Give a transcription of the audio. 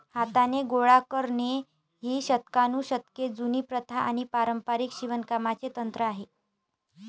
हाताने गोळा करणे ही शतकानुशतके जुनी प्रथा आणि पारंपारिक शिवणकामाचे तंत्र आहे